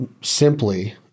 simply